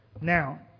Now